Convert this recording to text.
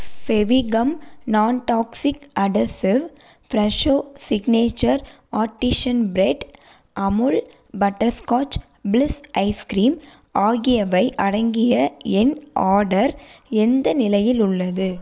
Fevigum non toxic adhesive Fresho signature artisan bread Amul butterscotch bliss ice cream ஆகியவை அடங்கிய என் order எந்த நிலையில் உள்ளது